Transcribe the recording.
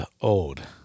old